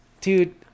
dude